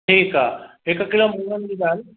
ठीकु आहे हिकु किलो मुङनि जी दाल